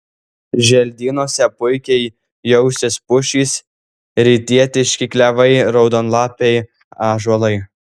želdynuose puikiai jausis pušys rytietiški klevai raudonlapiai ąžuolai